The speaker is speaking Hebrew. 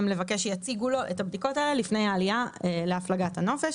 שיציגו לו את הבדיקות האלו לפני העלייה להפלגת הנופש.